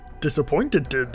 Disappointed